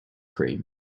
cream